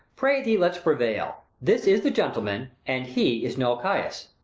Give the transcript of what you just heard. pray thee let's prevail this is the gentleman, and he is no chiaus.